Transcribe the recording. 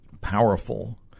powerful